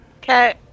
Okay